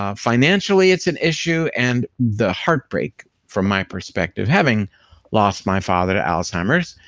ah financially it's an issue and the heartbreak from my perspective, having lost my father to alzheimer's,